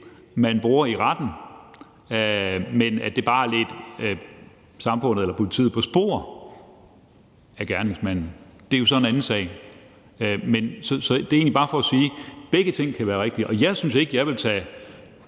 man bruger i retten, men bare er noget, der har ledt samfundet eller politiet på sporet af gerningsmanden, er jo så en anden sag. Så det er egentlig bare for at sige, at begge ting kan være rigtige. Og jeg synes ikke, at jeg vil tage